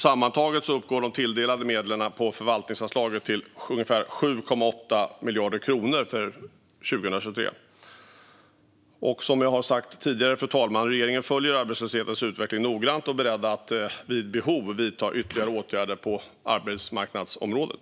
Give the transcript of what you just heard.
Sammantaget uppgår de tilldelade medlen i förvaltningsanslaget alltså till ungefär 7,8 miljarder kronor för 2023. Som jag har sagt tidigare, fru talman, följer regeringen arbetslöshetens utveckling noggrant och är beredd att vid behov vidta ytterligare åtgärder på arbetsmarknadsområdet.